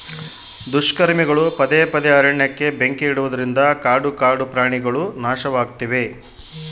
ದುಷ್ಕರ್ಮಿಗಳು ಪದೇ ಪದೇ ಅರಣ್ಯಕ್ಕೆ ಬೆಂಕಿ ಇಡುವುದರಿಂದ ಕಾಡು ಕಾಡುಪ್ರಾಣಿಗುಳು ನಾಶವಾಗ್ತಿವೆ